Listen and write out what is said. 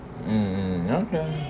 mm mm okay